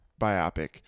biopic